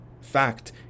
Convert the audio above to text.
fact